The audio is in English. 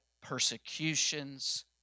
Persecutions